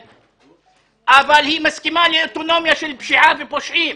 היא מסכימה לאוטונומיה של פשיעה ופושעים.